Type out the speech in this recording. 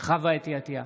חוה אתי עטייה,